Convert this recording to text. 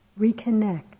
Reconnect